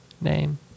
name